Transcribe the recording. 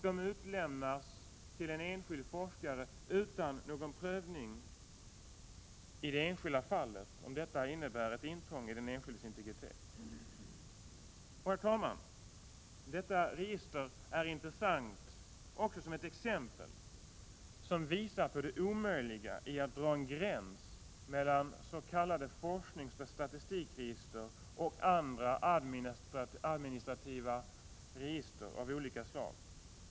De utlämnas till en enskild forskare utan någon prövning i det enskilda fallet om detta innebär ett intrång i den enskildes integritet. Herr talman! Detta register är intressant också som ett exempel som visar 37 på det omöjliga i att dra en gräns mellan s.k. forskningsoch statistikregister och andra administrativa register av olika slag.